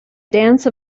dance